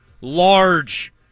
large